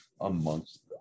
amongst